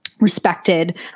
respected